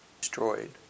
Destroyed